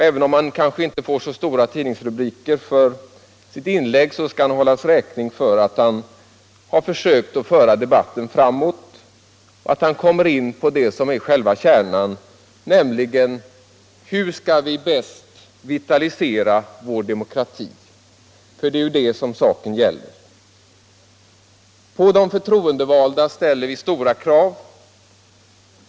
Även om herr Molin inte får så stora tidningsrubriker för sitt inlägg skall han hållas räkning för att han försökt att komma in på det som är själva kärnan, nämligen hur vi skall vitalisera vår demokrati. Det är ju det som saken gäller. På de förtroendevalda ställer vi stora krav.